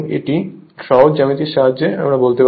সুতরাং এটি সহজ জ্যামিতি এর সাহায্যে আমরা বলতে পারি